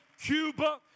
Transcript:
Cuba